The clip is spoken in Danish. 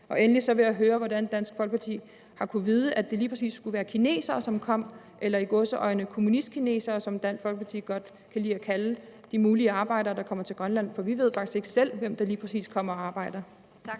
Endelig vil jeg høre, hvordan Dansk Folkeparti har kunnet vide, at det lige præcis skulle være kinesere, som kom, eller – i gåseøjne – kommunistkinesere, som Dansk Folkeparti godt kan lide at kalde de arbejdere, der muligvis kommer til Grønland. For vi ved faktisk ikke selv, hvem der lige præcis kommer og arbejder